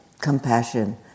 compassion